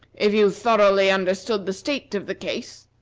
if you thoroughly understood the state of the case,